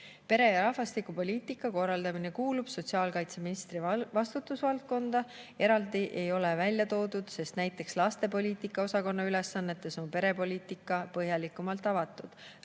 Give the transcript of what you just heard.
Pere‑ ja rahvastikupoliitika korraldamine kuulub sotsiaalkaitseministri vastutusvaldkonda, eraldi ei ole seda välja toodud, sest näiteks laste‑ [ja perede] osakonna ülesannetes on perepoliitika põhjalikumalt avatud.